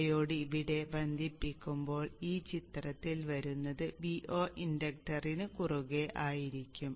diode ഇവിടെ ബന്ധിപ്പിക്കുമ്പോൾ ഈ ചിത്രത്തിൽ വരുന്നത് Vo ഇൻഡക്ടറിന് കുറുകെ ആയിരിക്കും